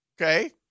Okay